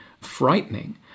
frightening